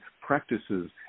practices